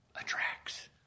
attracts